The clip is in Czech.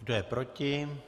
Kdo je proti?